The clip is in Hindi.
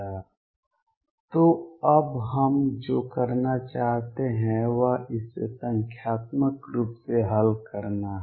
So what we want to do now is solve this numerically तो अब हम जो करना चाहते हैं वह इसे संख्यात्मक रूप से हल करना है